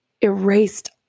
erased